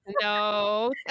no